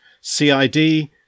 CID